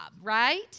right